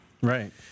Right